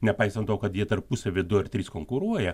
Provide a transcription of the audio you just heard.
nepaisant to kad jie tarpusavy du ar trys konkuruoja